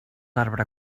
arbre